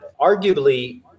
Arguably